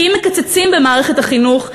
כי אם מקצצים במערכת החינוך,